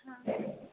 हां